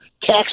tax